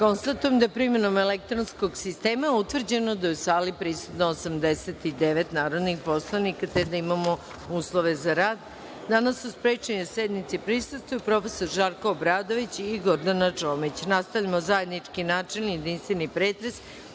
vam. Konstatujem da je, primenom elektronskog sistema, utvrđeno da je u sali prisutno 89 narodnih poslanika i da imamo uslove za rad. Danas su sprečeni da sednici prisustvuju: prof. dr Žarko Obradović i Gordana Čomić. Nastavljamo zajednički načelni i jedinstveni pretres